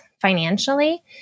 financially